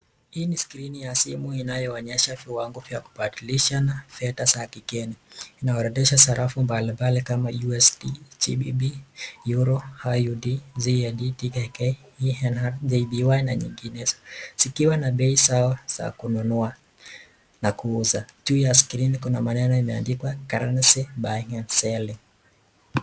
Hii ni skrini ya simu inayoonyesha viwango vya kubadilishana fedha za kigeni. Inaorodhesha sarafu mbalimbali kama USD, Gpd ,Euro, Iud, Zed, Tkk. Gehenhad, Jpy na nyinginezo zikiwa na bei sawa za kununua na kuuza. Juu ya skrini kuna maneno imeandikwa currency buying and selling .